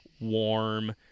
warm